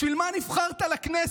בשביל מה נבחרת לכנסת?